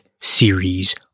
series